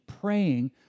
praying